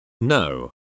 No